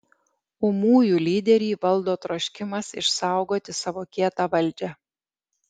ūmųjų lyderį valdo troškimas išsaugoti savo kietą valdžią